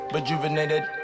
Rejuvenated